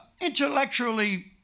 Intellectually